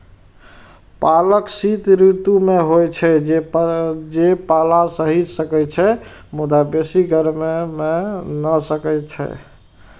पालक शीत ऋतु मे होइ छै, जे पाला सहि सकै छै, मुदा बेसी गर्मी नै सहि सकै छै